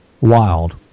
wild